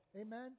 Amen